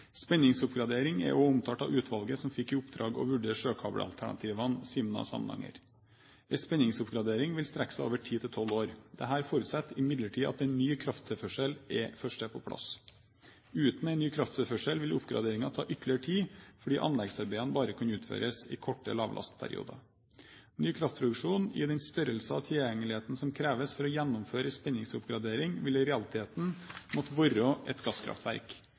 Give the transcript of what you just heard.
Spenningsoppgradering er også omtalt av utvalgene som fikk i oppdrag å vurdere sjøkabelalternativet for Sima–Samnanger. En spenningsoppgradering vil strekke seg over ti–tolv år. Dette forutsetter imidlertid at en ny krafttilførsel først er på plass. Uten en ny krafttilførsel vil oppgraderingen ta ytterligere tid fordi anleggsarbeidene bare kan utføres i korte lavlastperioder. Ny kraftproduksjon i den størrelse og tilgjengelighet som kreves for å gjennomføre en spenningsoppgradering, vil i realiteten måtte være et gasskraftverk.